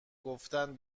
گفتن